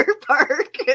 park